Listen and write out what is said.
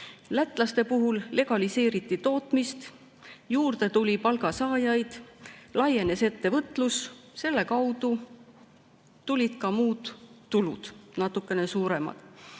Lätlaste puhul legaliseeriti tootmist, juurde tuli palgasaajaid, laienes ettevõtlus, selle kaudu tulid ka muud tulud natukene suuremad.